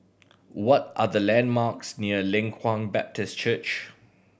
what are the landmarks near Leng Kwang Baptist Church